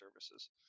services